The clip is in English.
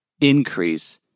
increase